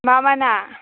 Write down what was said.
मा मा ना